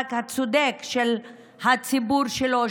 למאבק הצודק של הציבור שלו,